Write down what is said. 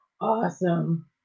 Awesome